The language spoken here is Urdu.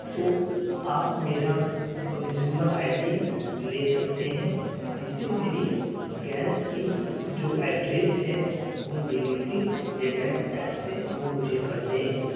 تو آپ میرا کنزیومر آئی ڈی لے سکتے ہیں جس سے میری گیس کی جو ایڈریس ہے وہ ڈیلیوری یا گیس ایپ سے وہ مجھے کر دیں